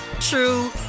true